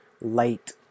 light